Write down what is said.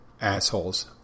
assholes